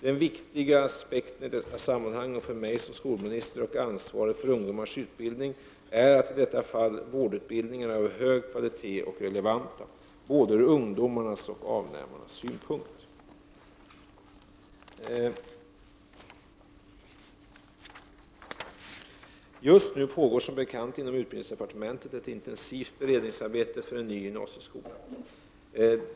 Den viktiga aspekten i detta sammanhang och för mig som skolminister och ansvarig för ungdomarnas utbildning är att i detta fall vårdutbildningarna är av hög kvalitet och relevanta, ur både ungdomarnas och avnämarnas synpunkt. Just nu pågår som bekant inom utbildningsdepartementet ett intensivt be redningsarbete för en ny gymnasieskola.